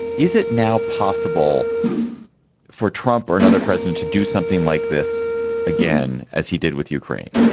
is it now possible for trump or another president to do something like this again as he did with ukraine.